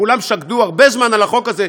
כולם שקדו הרבה זמן על החוק הזה.